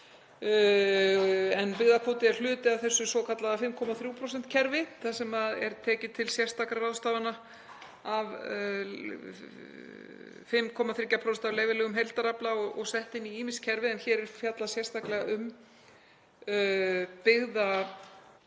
Byggðakvóti er hluti af þessu svokallaða 5,3% kerfi þar sem er tekið til sérstakra ráðstafana, 5,3% af leyfilegum heildarafla og sett inn í ýmis kerfi, en hér er fjallað sérstaklega um byggðakvóta.